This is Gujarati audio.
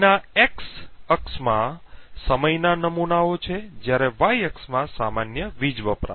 અહીંના X અક્ષમાં સમયના નમૂનાઓ છે જ્યારે Y અક્ષમાં સામાન્ય વીજ વપરાશ છે